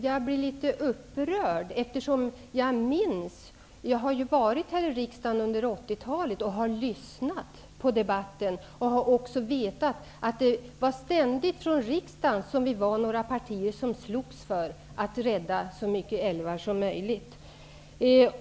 jag blev litet upprörd, eftersom jag har varit här i riksdagen under 80-talet och har lyssnat på debatterna här. Vi hade då en grupp av partier i riksdagen som ständigt slogs för att rädda så många älvar som möjligt.